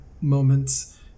moments